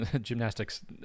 gymnastics